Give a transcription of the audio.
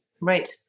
Right